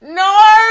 no